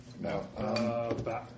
No